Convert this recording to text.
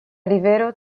rivero